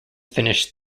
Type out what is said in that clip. finished